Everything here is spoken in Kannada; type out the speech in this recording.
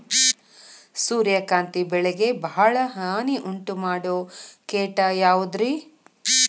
ಸೂರ್ಯಕಾಂತಿ ಬೆಳೆಗೆ ಭಾಳ ಹಾನಿ ಉಂಟು ಮಾಡೋ ಕೇಟ ಯಾವುದ್ರೇ?